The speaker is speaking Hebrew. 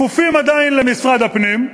כפופים עדיין למשרד הפנים.